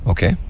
Okay